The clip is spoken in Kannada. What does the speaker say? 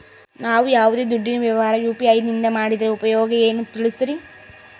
ನಾವು ಯಾವ್ದೇ ದುಡ್ಡಿನ ವ್ಯವಹಾರ ಯು.ಪಿ.ಐ ನಿಂದ ಮಾಡಿದ್ರೆ ಉಪಯೋಗ ಏನು ತಿಳಿಸ್ರಿ?